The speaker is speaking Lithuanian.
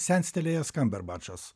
senstelėjęs kemberbačas